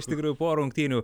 iš tikrųjų po rungtynių